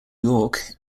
york